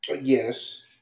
Yes